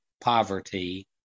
poverty